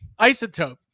Isotope